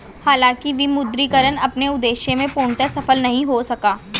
हालांकि विमुद्रीकरण अपने उद्देश्य में पूर्णतः सफल नहीं हो सका